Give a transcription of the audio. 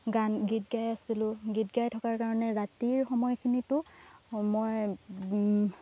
গান গীত গাই আছিলোঁ গীত গাই থকাৰ কাৰণে ৰাতিৰ সময়খিনিতো মই